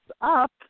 up